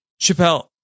Chappelle